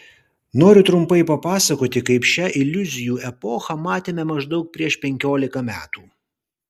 noriu trumpai papasakoti kaip šią iliuzijų epochą matėme maždaug prieš penkiolika metų